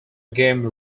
game